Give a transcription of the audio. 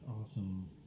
awesome